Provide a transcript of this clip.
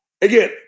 Again